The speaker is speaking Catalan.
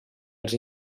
els